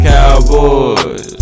Cowboys